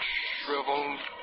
shriveled